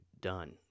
done